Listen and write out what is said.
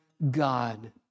God